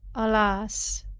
alas!